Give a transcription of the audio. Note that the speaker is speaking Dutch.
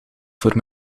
voor